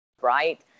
right